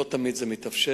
לא תמיד זה מתאפשר.